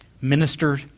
minister